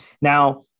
Now